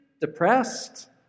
depressed